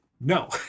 No